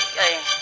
hey